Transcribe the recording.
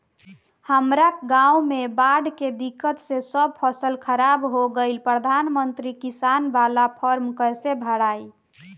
हमरा गांव मे बॉढ़ के दिक्कत से सब फसल खराब हो गईल प्रधानमंत्री किसान बाला फर्म कैसे भड़ाई?